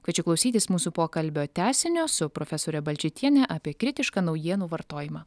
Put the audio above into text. kviečiu klausytis mūsų pokalbio tęsinio su profesore balčytiene apie kritišką naujienų vartojimą